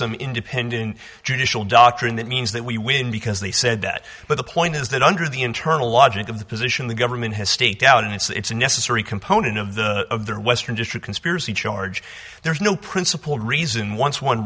some independent judicial doctrine that means that we win because they said that but the point is that under the internal logic of the position the government has staked out and it's a necessary component of the western just a conspiracy charge there's no principled reason once one